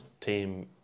team